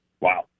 Wow